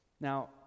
Now